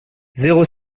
zéro